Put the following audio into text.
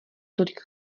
tolik